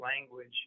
language